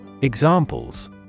Examples